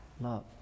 Love